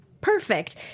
perfect